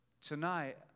Tonight